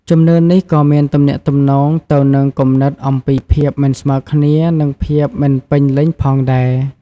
ជំនឿនេះក៏មានទំនាក់ទំនងទៅនឹងគំនិតអំពីភាពមិនស្មើគ្នានិងភាពមិនពេញលេញផងដែរ។